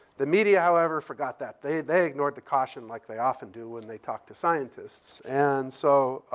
the media, however, forgot that. they they ignored the caution, like they often do when they talk to scientists. and so